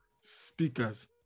speakers